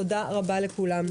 תודה רבה לכולם.